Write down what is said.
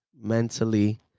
Mentally